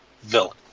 villain